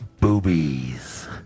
boobies